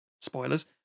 spoilers